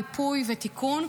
ריפוי ותיקון,